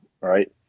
right